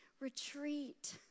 retreat